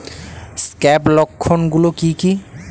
Scab লক্ষণ গুলো কি কি?